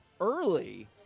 early